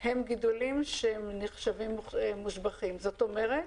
הם גידולים שנחשבים מושבחים, זאת אומרת,